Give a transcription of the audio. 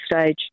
stage